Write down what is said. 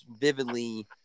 vividly